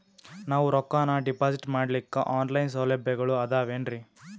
ನಾವು ರೊಕ್ಕನಾ ಡಿಪಾಜಿಟ್ ಮಾಡ್ಲಿಕ್ಕ ಆನ್ ಲೈನ್ ಸೌಲಭ್ಯಗಳು ಆದಾವೇನ್ರಿ?